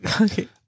Okay